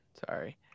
sorry